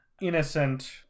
innocent